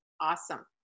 awesome